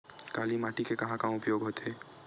काली माटी के कहां कहा उपयोग होथे?